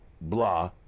blah